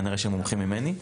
כנראה שהם מומחים ממני.